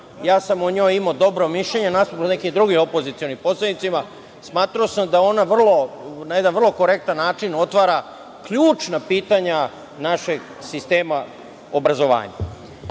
ja sam o njoj imao dobro mišljenje nasuprot nekim drugim opozicionim poslanicima, smatrao sam da ona na jedan vrlo korektan način otvara ključna pitanja našeg sistema obrazovanja. Ovde